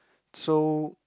so